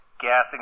gassing